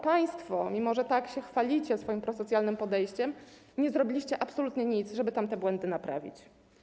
Państwo - mimo że tak chwalicie się swoim prosocjalnym podejściem - nie zrobiliście absolutnie nic, żeby tamte błędy naprawić.